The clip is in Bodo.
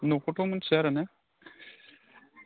न'खौथ' मिथिया आरो ने